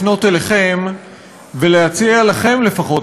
לפנות אליכם ולהציע לכם לפחות,